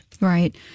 Right